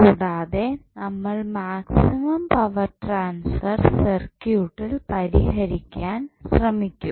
കൂടാതെ നമ്മൾ maximum power transfer സർക്യൂട്ടിൽ പരിഹരിക്കാൻ ശ്രമിക്കും